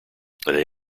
they